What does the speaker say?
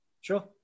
sure